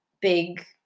big